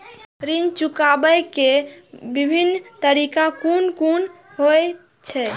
ऋण चुकाबे के विभिन्न तरीका कुन कुन होय छे?